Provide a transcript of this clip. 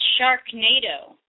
Sharknado